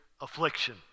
affliction